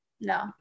No